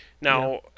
Now